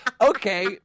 okay